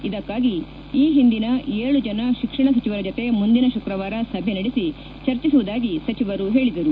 ಇದಕ್ಕಾಗಿ ಈ ಹಿಂದಿನ ಏಳು ಜನ ಶಿಕ್ಷಣ ಸಚಿವರ ಜತೆ ಮುಂದಿನ ಶುಕ್ರವಾರ ಸಭೆ ನಡೆಸಿ ಚರ್ಚಿಸುವುದಾಗಿ ಸಚಿವರು ಹೇಳಿದರು